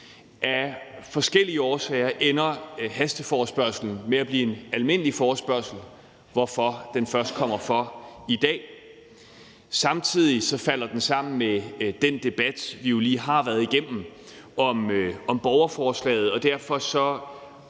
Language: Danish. Af forskellige årsager ender hasteforespørgslen med at blive en almindelig forespørgsel, hvorfor den først kommer for i dag. Samtidig falder den sammen med den debat, vi lige har været igennem, om borgerforslaget, og derfor